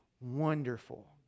wonderful